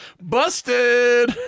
Busted